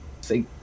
say